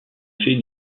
fait